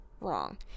wrong